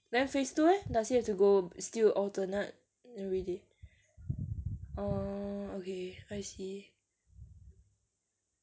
then phase two leh does he have to go still alternate already oh okay I see